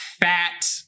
fat